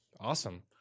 Awesome